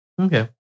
Okay